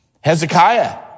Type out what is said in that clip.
Hezekiah